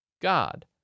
God